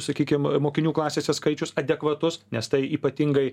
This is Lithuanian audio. sakykim mokinių klasėse skaičius adekvatus nes tai ypatingai